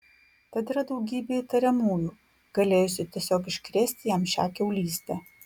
tad yra daugybė įtariamųjų galėjusių tiesiog iškrėsti jam šią kiaulystę